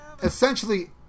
Essentially